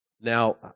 Now